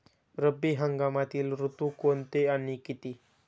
रब्बी हंगामातील ऋतू कोणते आणि किती?